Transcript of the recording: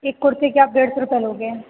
एक कुर्ते के आप डेढ़ सौ रुपया लोगे